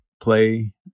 play